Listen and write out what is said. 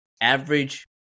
average